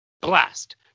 Blast